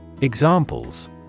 Examples